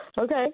Okay